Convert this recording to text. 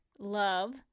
love